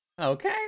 Okay